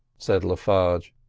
said le farge,